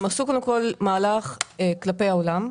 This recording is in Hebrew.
הם עשו מהלך כלפי העולם.